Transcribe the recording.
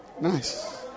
Nice